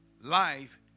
life